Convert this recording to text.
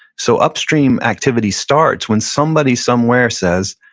so upstream activity starts when somebody somewhere says,